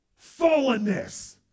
fallenness